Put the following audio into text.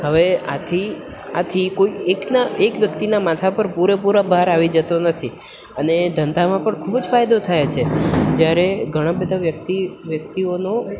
હવે આથી આથી કોઈ એકના એક વ્યક્તિના માથા પર પૂરેપૂરો ભાર આવી જતો નથી અને એ ધંધામાં પણ ખૂબ જ ફાયદો થાય છે જ્યારે ઘણાં બધાં વ્યક્તિ વ્યક્તિઓનો